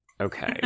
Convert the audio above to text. okay